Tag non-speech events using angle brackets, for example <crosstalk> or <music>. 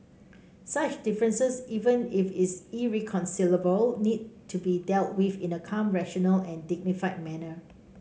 such differences even if <unintelligible> irreconcilable need to be dealt with in a calm rational and dignified manner